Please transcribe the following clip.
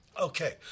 Okay